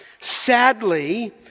sadly